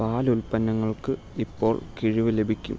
പാൽ ഉൽപ്പന്നങ്ങൾക്ക് ഇപ്പോൾ കിഴിവ് ലഭിക്കും